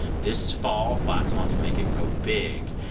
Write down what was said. this fall, fox wants to make it go big.